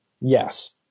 Yes